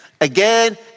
Again